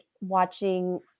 watching